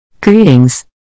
Greetings